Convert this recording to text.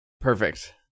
Perfect